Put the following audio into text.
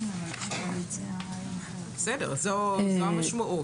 זאת המשמעות.